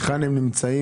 היכן הם נמצאים,